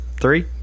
three